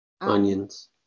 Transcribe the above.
Onions